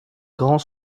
grands